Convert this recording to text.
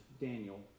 Daniel